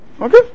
Okay